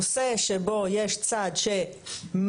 נושא שבו יש צד שמאמין,